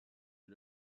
est